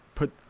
Put